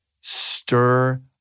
stir